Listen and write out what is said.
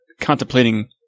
contemplating